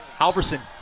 Halverson